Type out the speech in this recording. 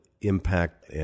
impact